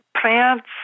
plants